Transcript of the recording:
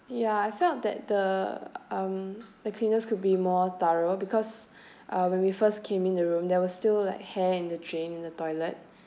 ya I felt that the um the cleaners could be more thorough because uh when we first came in the room there was still like hair in the drain in the toilet